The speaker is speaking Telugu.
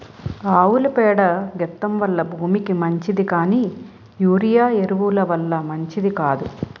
ఆవుల పేడ గెత్తెం వల్ల భూమికి మంచిది కానీ యూరియా ఎరువు ల వల్ల మంచిది కాదు